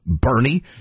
Bernie